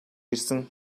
ирсэн